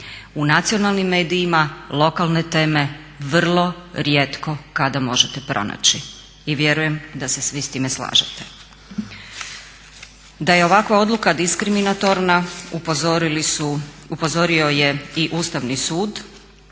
U nacionalnim medijima lokalne teme vrlo rijetko kada možete pronaći i vjerujem da se svi s time slažete. Da je ovakva odluka diskriminatorna upozorio je i Ustavni sud